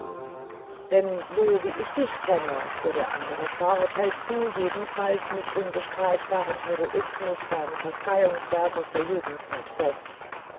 denn so wie ich dich kenne fuhr der andere fort hältst du jedenfalls mit unbestreitbarem heroismus dein kasteiungswerk aus der jugendzeit fest